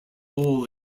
all